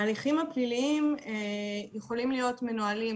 ההליכים הפליליים יכולים להיות מנוהלים